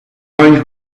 orange